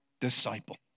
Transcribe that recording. disciple